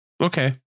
Okay